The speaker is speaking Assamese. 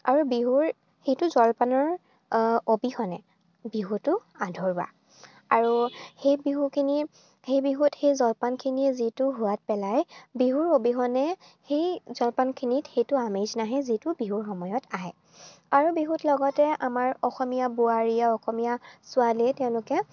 আৰু বিহুৰ সেইটো জলপানৰ অবিহনে বিহুটো আধৰুৱা আৰু সেই বিহুখিনি সেই বিহুত সেই জলপানখিনিয়ে যিটো সোৱাদ পেলায় বিহুৰ অবিহনে সেই জলপানখিনিত সেইটো আমেজ নাহে যিটো বিহুৰ সময়ত আহে আৰু বিহুত লগতে আমাৰ অসমীয়া বোৱাৰীয়ে অসমীয়া ছোৱালীয়ে তেওঁলোকে